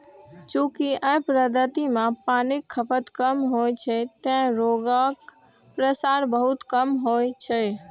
चूंकि अय पद्धति मे पानिक खपत कम होइ छै, तें रोगक प्रसार बहुत कम होइ छै